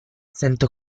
sento